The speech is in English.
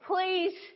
please